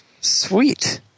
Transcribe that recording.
Sweet